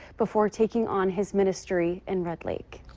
before taking on his ministry in red lake.